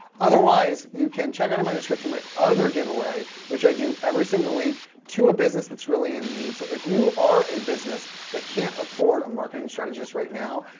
otherwise, you can check out and my description my other giveaway, which i do every single week to a business that's really in need. so if you are a business that can't afford a marketing strategist right now.